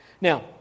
Now